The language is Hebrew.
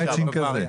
זה "מאצ'ינג" כזה.